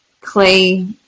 clay